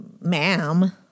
Ma'am